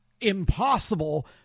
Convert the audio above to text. impossible